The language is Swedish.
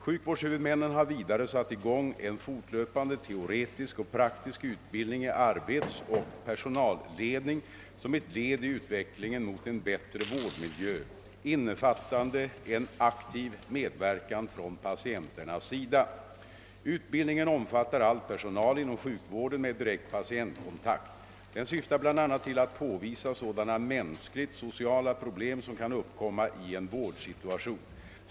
Sjukvårdshuvudmännen har vidare satt i gång en fortlöpande teoretisk och praktisk utbildning i arbetsoch personalledning som ett led i utvecklingen imot en bättre vårdmiljö, innefattande en aktiv medverkan från patienternas sida. Utbildningen omfattar all personal inom sjukvården med direkt patientkontakt. Den syftar bl.a. till att påvisa sådana mänskligt sociala problem som kan uppkomma i en vårdsituation.